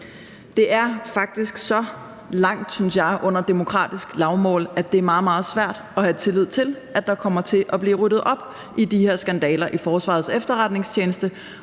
Det er faktisk så langt, synes jeg, under demokratisk lavmål, at det er meget, meget svært at have tillid til, at der kommer til at blive ryddet op i de her skandaler i Forsvarets Efterretningstjeneste,